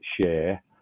share